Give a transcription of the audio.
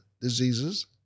diseases